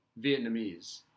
Vietnamese